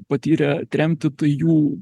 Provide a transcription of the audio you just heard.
patyrė tremtį tai jų